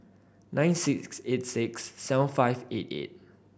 nine six eight six seven five eight eight